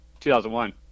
2001